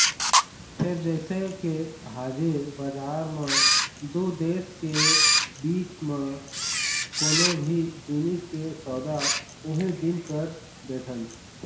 फेर जइसे के हाजिर बजार म दू देश के बीच म कोनो भी जिनिस के सौदा उहीं दिन कर देथन